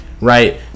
right